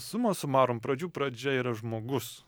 suma sumarum pradžių pradžia yra žmogus